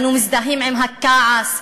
אנו מזדהים עם הכעס,